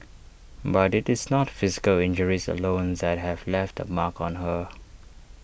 but IT is not physical injuries alone that have left A mark on her